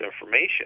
information